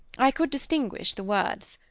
i could distinguish the words.